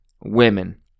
women